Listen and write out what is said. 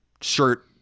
shirt